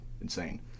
insane